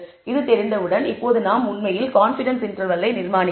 இது தெரிந்தவுடன் இப்போது நாம் உண்மையில் கான்பிடன்ஸ் இன்டர்வெல் ஐ நிர்மாணிக்கலாம்